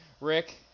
Rick